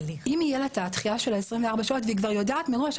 אם יהיה לה את הדחייה של ה-24 שעות והיא כבר יודעת מראש,